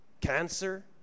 cancer